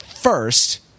first